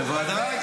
בוודאי.